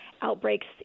outbreaks